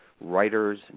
writers